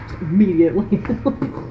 immediately